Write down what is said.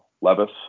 Levis